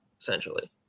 essentially